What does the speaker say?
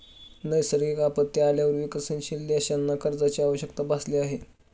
नैसर्गिक आपत्ती आल्यावर विकसनशील देशांना कर्जाची आवश्यकता भासली आहे